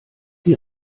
die